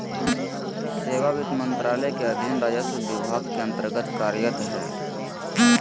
सेवा वित्त मंत्रालय के अधीन राजस्व विभाग के अन्तर्गत्त कार्यरत हइ